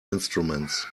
instruments